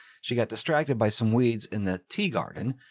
she got distracted by some weeds in the tea garden,